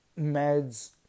meds